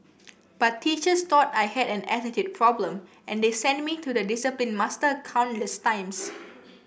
but teachers thought I had an attitude problem and they sent me to the discipline master countless times